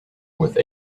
with